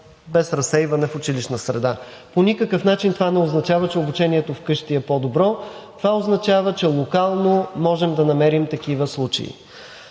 без разсейване в училищна среда. По никакъв начин това не означава, че обучението вкъщи е по-добро. Това означава, че локално можем да намерим такива случаи.